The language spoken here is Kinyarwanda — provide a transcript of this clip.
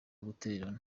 gutererana